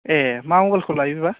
ए मा मबाइलखौ लायो बेबा